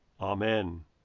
Amen